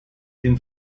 den